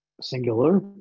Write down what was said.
singular